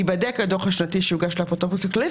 ייבדק הדו"ח השנתי שיוגש לאפוטרופוס הכללי,